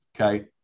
okay